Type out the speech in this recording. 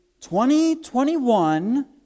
2021